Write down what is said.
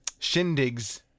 shindigs